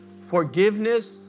forgiveness